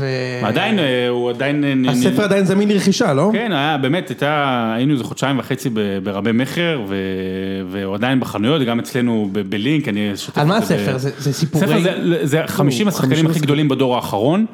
אה... עדיין אה... הוא עדיין... הספר עדיין זמין לרכישה, לא? כן, היה, באמת, הייתה... היינו איזה חודשיים וחצי ברבי מכר ו... והוא עדיין בחנויות, וגם אצלנו ב... בלינק, אני... על מה הספר? זה סיפורי? הספר זה 50 השחקנים הכי גדולים בדור האחרון.